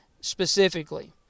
specifically